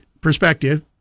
perspective